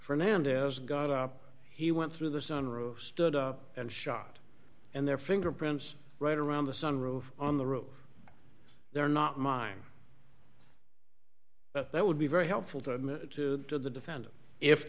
fernandez got up he went through the sun roof stood up and shot and their fingerprints right around the sun roof on the roof they're not mine but that would be very helpful to the defendant if